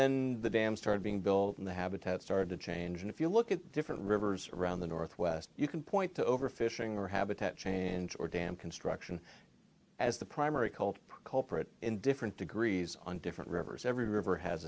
then the dam started being built and the habitat started to change and if you look at different rivers around the northwest you can point to overfishing or habitat change or dam construction as the primary culprit culprit in different degrees and different rivers every river has